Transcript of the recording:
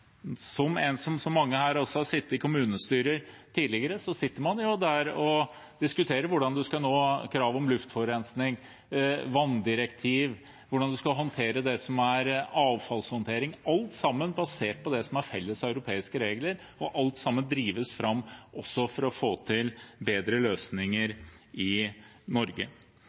Som så mange her har også jeg sittet i kommunestyrer tidligere, og der diskuterer man jo hvordan man skal nå krav når det gjelder luftforurensing, vanndirektiv, hvordan man skal håndtere avfallshåndtering – alt sammen basert på det som er felles europeiske regler. Alt sammen drives fram også for å få til bedre løsninger i Norge.